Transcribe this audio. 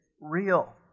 real